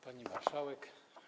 Pani Marszałek!